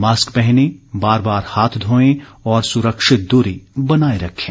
mask पहने बार बार हाथ घोएं और सुरक्षित दूरी बनाए रखें